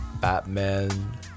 Batman